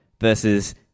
versus